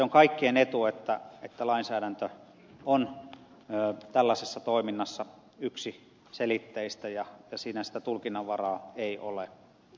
on kaikkien etu että lainsäädäntö on tällaisessa toiminnassa yksiselitteistä ja siinä ei ole tulkinnanvaraa